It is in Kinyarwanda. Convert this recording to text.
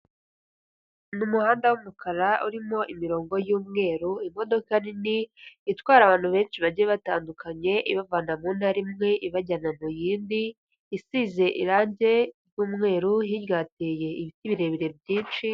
Ni umuhanda w'umukara urimo imirongo y'umweru. Imodoka nini itwara abantu benshi bagiye batandukanye ibavana mu ntara imwe ibajyana mu yindi, isize irangi ry'umweru. Hirya hateye ibiti birebire byinshi.